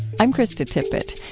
i'm krista tippett.